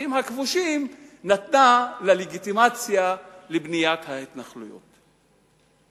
בשטחים הכבושים נתנה לגיטימציה לבניית התנחלויות.